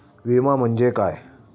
विमा म्हणजे काय?